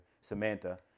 Samantha